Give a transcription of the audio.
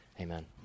amen